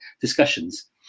discussions